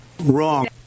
wrong